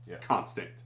constant